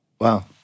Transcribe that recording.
Wow